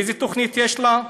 ואיזו תוכנית יש לה?